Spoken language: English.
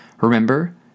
Remember